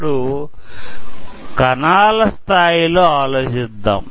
ఇప్పుడు కణాల స్థాయిలో ఆలోచిద్దాం